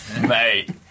mate